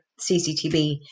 CCTV